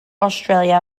australia